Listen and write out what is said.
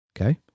Okay